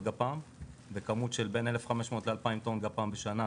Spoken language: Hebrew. גפ"מ בכמות של בין 1500 ל- 2000 טון גפ"מ בשנה,